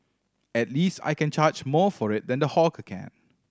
at least I can charge more for it than the hawker can